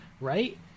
right